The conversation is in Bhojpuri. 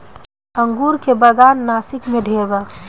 अंगूर के बागान नासिक में ढेरे बा